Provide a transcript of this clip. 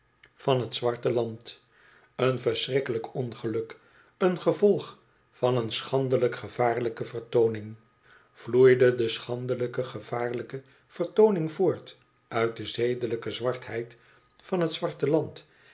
van t zwarte land een verschrikkelijk ongeluk een gevolg van een schandelijk gevaarlijke vertooning vloeide de schandelijk gevaarlijke vertooning voort uit de zedelijke zwartheid van t zwarte land